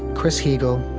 chris heagle,